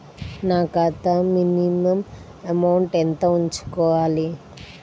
నా ఖాతా minimum amount ఎంత ఉంచుకోవాలి?